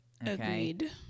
Agreed